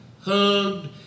hugged